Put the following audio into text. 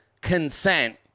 consent